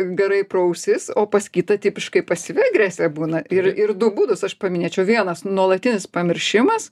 garai pro ausis o pas kitą tipiškai pasyvi agresija būna ir ir du būdus aš paminėčiau vienas nuolatinis pamiršimas